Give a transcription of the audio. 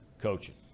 coaching